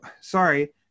sorry